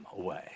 away